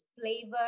flavor